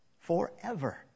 forever